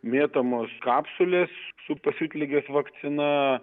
mėtomos kapsulės su pasiutligės vakcina